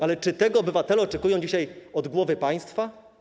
Ale czy tego obywatele oczekują dzisiaj od głowy państwa?